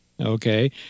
Okay